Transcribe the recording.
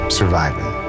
surviving